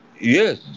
yes